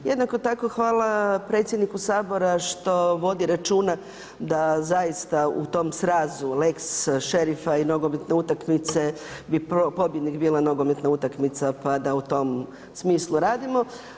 Jednako tako hvala predsjedniku Sabora što vodi računa da zaista u tom srazu lex šerifa i nogometne utakmice bi pobjednik bila nogometna utakmica, pa da u tom smislu radimo.